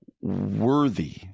worthy